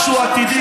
משהו עתידי,